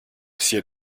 ciel